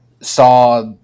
saw